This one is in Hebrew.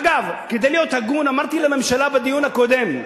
ואגב, כדי להיות הגון אמרתי לממשלה בדיון הקודם: